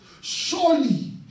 Surely